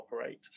operate